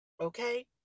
okay